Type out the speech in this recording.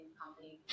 company